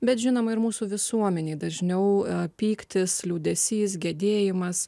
bet žinoma ir mūsų visuomenėj dažniau pyktis liūdesys gedėjimas